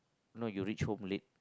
no you reach home late